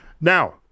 Now